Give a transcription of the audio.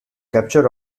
capture